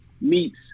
meets